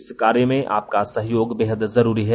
इस कार्य में आपका सहयोग बेहद जरूरी है